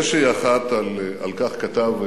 זה שהיא אחת, על כך כתב,